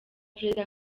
prezida